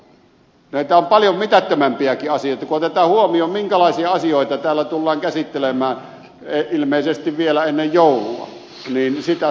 näitä on paljon mitättömämpiäkin asioita kun otetaan huomioon minkälaisia asioita täällä tullaan käsittelemään ilmeisesti vielä ennen joulua